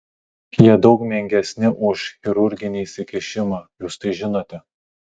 jie daug menkesni už chirurginį įsikišimą jūs tai žinote